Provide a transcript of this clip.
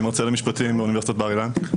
אני מרצה למשפטים באוניברסיטת בר אילן.